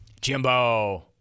Jimbo